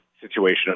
situation